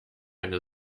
eine